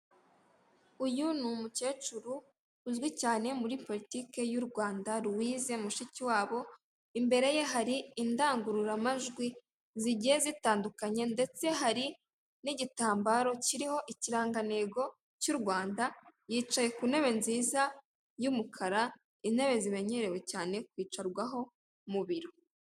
Uyu ni umukecuru uzwi cyane muri poritiki y'u Rwanda Louise Mushikiwabo, imbere ye hari indangururamajwi zigiye zitandukanye, ndetse hari n'igitambaro kiriho ikirangantego cy'u Rwanda, yicaye ku ntebe nziza y'umukara, intebe zimenyerewe cyane kwicarwaho mu biro.